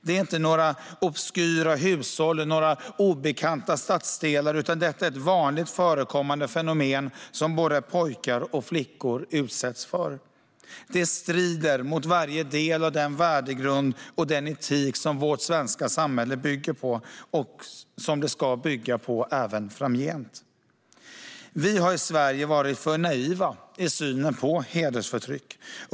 Det rör sig inte om några obskyra hushåll i några obekanta stadsdelar, utan detta är ett vanligt förekommande fenomen som både pojkar och flickor utsätts för. Det strider mot varje del av den värdegrund och den etik som vårt svenska samhälle bygger på och som det ska bygga på även framgent. Vi har i Sverige varit för naiva i synen på hedersförtryck.